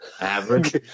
Average